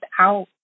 out